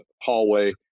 hallway